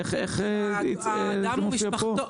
איך זה מופיע פה?